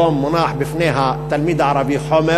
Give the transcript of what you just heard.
היום מונח בפני התלמיד הערבי חומר